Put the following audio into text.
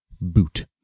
Boot